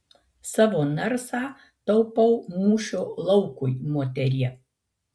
savo narsą taupau mūšio laukui moterie